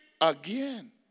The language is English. again